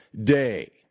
day